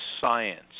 science